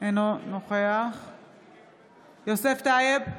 אינו נוכח יוסף טייב,